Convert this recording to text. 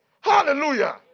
hallelujah